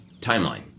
timeline